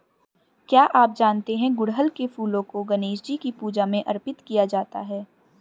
क्या आप जानते है गुड़हल के फूलों को गणेशजी की पूजा में अर्पित किया जाता है?